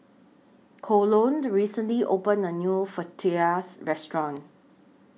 Colon recently opened A New Fajitas Restaurant